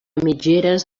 mitgeres